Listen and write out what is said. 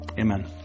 Amen